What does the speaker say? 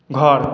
घर